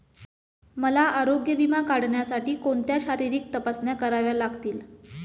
मला आरोग्य विमा काढण्यासाठी कोणत्या शारीरिक तपासण्या कराव्या लागतील?